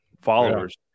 followers